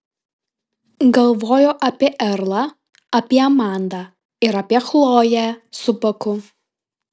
galvojo apie erlą apie amandą ir apie chloję su baku